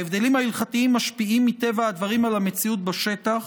ההבדלים ההלכתיים משפיעים מטבע הדברים על המציאות בשטח,